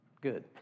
Good